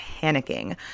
panicking